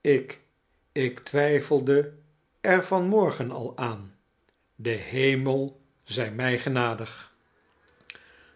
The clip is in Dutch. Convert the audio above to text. ik ik twijfelde er van morgen al aan de hemel zij mij genadig